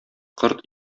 корт